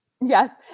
Yes